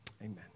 Amen